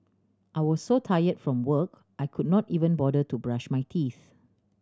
I was so tire from work I could not even bother to brush my teeth